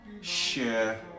share